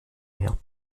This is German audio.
her